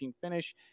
finish